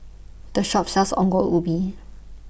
The Shop sells Ongol Ubi